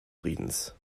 friedens